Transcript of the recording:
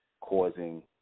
causing